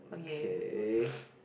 K